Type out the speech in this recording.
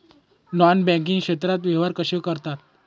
Non banking क्षेत्रात व्यवहार कसे करतात?